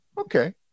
Okay